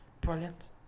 brilliant